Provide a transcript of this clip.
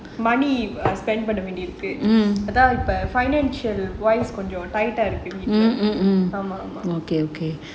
money spend பண்ணவேண்டியது இருக்கு அதான் இப்ப:panna vendiyathu iruku athaan ippa financial wise control tighter இருக்கு:iruku